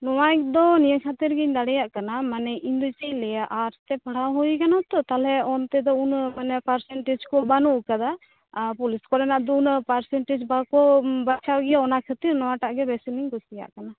ᱱᱚᱭᱟᱭᱤᱡᱽ ᱫᱚ ᱱᱤᱭᱟᱹ ᱠᱷᱟ ᱛᱤᱨ ᱤᱧ ᱫᱟᱲᱮᱭᱟᱜ ᱠᱟᱱᱟ ᱢᱟᱱᱮ ᱤᱧᱫᱚ ᱪᱮᱫᱼᱤᱧ ᱞᱟ ᱭᱟ ᱟᱨᱴᱥ ᱛᱮ ᱯᱟᱲᱦᱟᱣ ᱦᱩᱭᱟᱠᱟᱱᱟ ᱛᱚ ᱛᱟᱦᱚᱞᱮ ᱚᱱᱛᱮ ᱫᱚ ᱩᱱᱟ ᱜ ᱢᱟᱱᱮ ᱯᱟᱨᱥᱮᱱᱴᱮᱡᱽ ᱠᱚ ᱵᱟ ᱱᱩᱜ ᱠᱟᱫᱟ ᱯᱩᱞᱤᱥ ᱠᱚᱨᱮᱱᱟᱜ ᱫᱚ ᱩᱱᱟᱹᱜ ᱯᱟᱨᱥᱮᱱᱴᱮᱡᱽ ᱵᱟᱠᱚ ᱵᱟᱪᱷᱟᱣ ᱜᱮᱭᱟ ᱚᱱᱟ ᱠᱷᱟ ᱛᱤᱨ ᱱᱚᱭᱟᱴᱟᱜ ᱜᱮ ᱵᱮᱥ ᱞᱤᱧ ᱠᱩᱥᱤᱭᱟᱜ ᱠᱟᱱᱟ